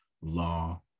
Law